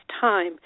time